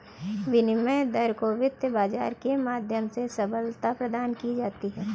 विनिमय दर को वित्त बाजार के माध्यम से सबलता प्रदान की जाती है